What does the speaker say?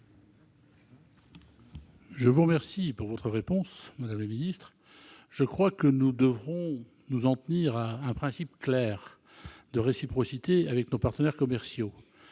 Je vous remercie de votre réponse, madame la secrétaire d'État. Il me semble que nous devrions nous en tenir à un principe clair de réciprocité avec nos partenaires commerciaux.